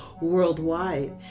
worldwide